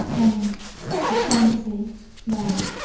and it's time to say bye.